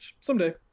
Someday